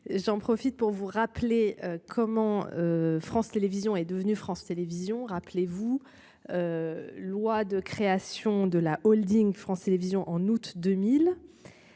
J'en profite pour vous rappeler comment. France Télévision est devenue France Télévisions, rappelez-vous. Loi de création de la Holding France. Télévision en août 2000.